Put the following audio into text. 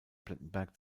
plettenberg